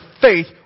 faith